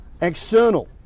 external